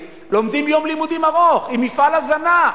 לומדים יום לימודים ארוך, עם מפעל הזנה.